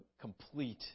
complete